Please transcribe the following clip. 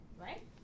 right